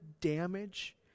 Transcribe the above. damage